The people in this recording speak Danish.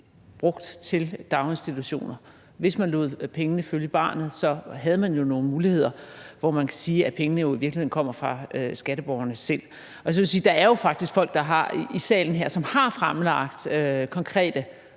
brugt til daginstitutioner. Hvis man lod pengene følge barnet, havde man jo nogle muligheder, hvor pengene, kan man sige, i virkeligheden kommer fra skatteborgerne selv. Og så vil jeg sige, at der jo faktisk er folk i salen her, som har fremsat konkrete